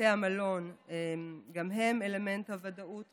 בתי המלון, גם להם אלמנט הוודאות חשוב.